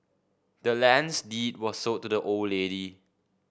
the land's deed was sold to the old lady